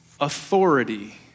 Authority